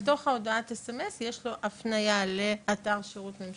בתוך הודעת הסמס יש לו הפניה לאתר שירות ממשלתי.